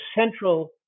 central